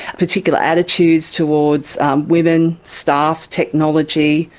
particular attitudes towards women, staff, technology,